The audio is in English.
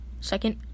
Second